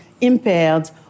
impaired